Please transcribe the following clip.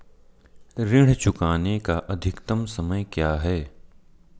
ऋण चुकाने का अधिकतम समय क्या है?